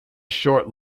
short